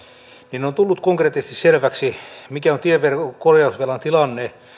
niin on tullut konkreettisesti selväksi mikä on tieverkon korjausvelan tilanne